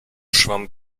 schwamm